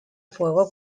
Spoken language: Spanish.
fuego